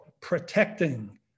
protecting